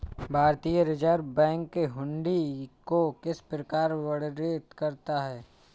भारतीय reserve bank हुंडी को किस प्रकार वर्णित करता है?